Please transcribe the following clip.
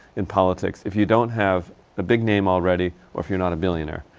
in politics if you don't have a big name already, or if you're not a millionaire.